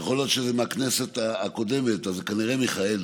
יכול להיות שזה מהכנסת הקודמת אז זה כנראה מיכאלי.